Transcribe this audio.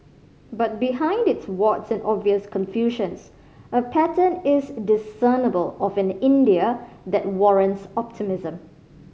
but behind its warts and obvious confusions a pattern is discernible of an India that warrants optimism